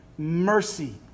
mercy